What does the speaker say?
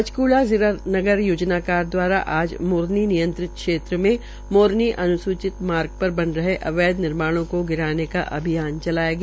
पंचकूला जिला नगर योजना कार द्वारा मोरनी नियंत्रित क्षेत्र में मोरनी अन्सूचित मार्ग पर बन रहे अवैध निर्माणों को गिराने का अभियान चलाया गया